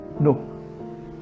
No